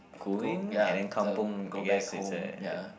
going and then kampung I guess it's a the